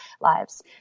lives